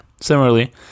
Similarly